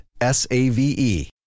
S-A-V-E